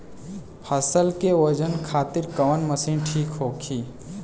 फसल के वजन खातिर कवन मशीन ठीक होखि?